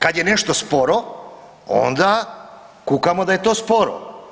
Kad je nešto sporo, onda kukamo da je to sporo.